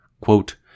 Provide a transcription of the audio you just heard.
quote